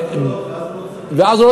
ואז הוא,